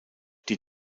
die